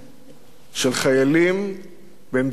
של חיילים במדינת ישראל,